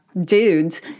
dudes